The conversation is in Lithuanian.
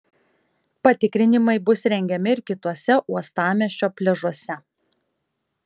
patikrinimai bus rengiami ir kituose uostamiesčio pliažuose